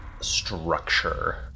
structure